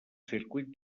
circuit